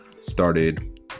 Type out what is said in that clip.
started